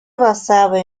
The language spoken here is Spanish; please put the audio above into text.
basaba